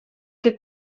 que